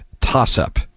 toss-up